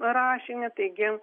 rašinį taigi